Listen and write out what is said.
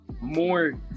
more